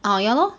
oh ya lor